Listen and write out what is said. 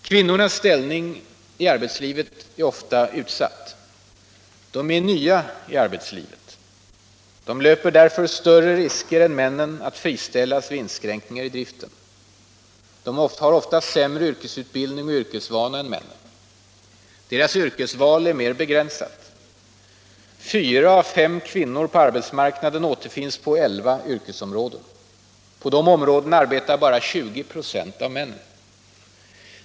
Kvinnornas ställning i arbetslivet är ofta utsatt. De är nya i arbetslivet. De löper därmed större risker än männen att friställas vid inskränkningar i driften. De har ofta sämre yrkesutbildning och yrkesvana än männen. Deras yrkesval är mer begränsat. Fyra av fem kvinnor på arbetsmarknaden återfinns på elva yrkesområden. På de områdena arbetar bara 20 96 av männen.